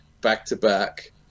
back-to-back